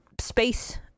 space